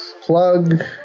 Plug